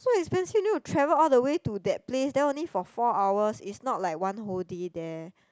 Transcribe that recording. so expensive need to travel all the way to that place then only for four hours is not like one whole day there